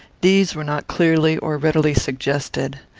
these were not clearly or readily suggested.